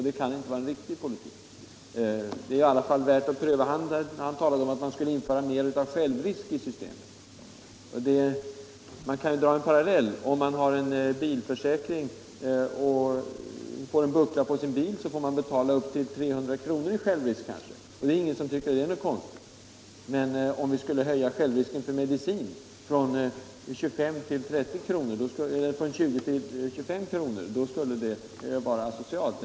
Det kan inte vara en riktig politik. Denne nationalekonom talade också om att man skulle införa mer av självrisk i systemet. Har man en bilförsäkring och får en buckla på sin bil, får man kanske betala upp till 300 kr. i självrisk. Ingen tycker att det är konstigt. Men om vi skulle höja självrisken för mediciner från 20 till 25 kr., då skulle det anses asocialt.